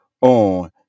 on